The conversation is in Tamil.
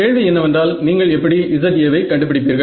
கேள்வி என்னவென்றால் நீங்கள் எப்படி Za வை கண்டு பிடிப்பீர்கள்